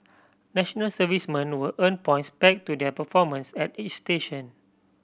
national servicemen will earn points pegged to their performance at each station